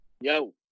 yo